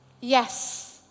yes